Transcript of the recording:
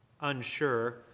unsure